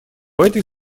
этой